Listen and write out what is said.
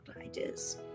ideas